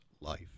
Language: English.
life